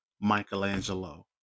Michelangelo